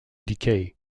decay